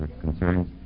concerns